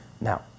Now